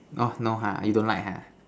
orh no ha you don't like ha